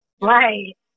Right